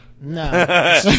no